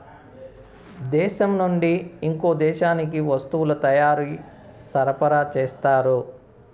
దేశం నుండి ఇంకో దేశానికి వస్తువుల తయారీ సరఫరా చేస్తారు